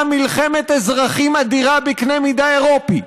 מלחמת אזרחים אדירה בקנה מידה אירופי.